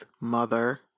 mother